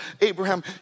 Abraham